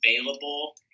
available